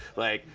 like,